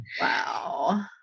Wow